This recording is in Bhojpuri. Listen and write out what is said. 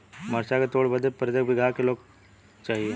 मरचा के तोड़ बदे प्रत्येक बिगहा क लोग चाहिए?